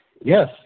Yes